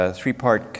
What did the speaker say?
three-part